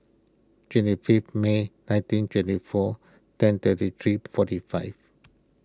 twenty fifth May nineteen twenty four ten thirty three forty five